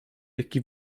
jaki